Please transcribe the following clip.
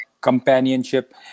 companionship